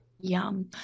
Yum